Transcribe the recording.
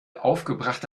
aufgebrachte